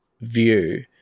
view